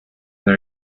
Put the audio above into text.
they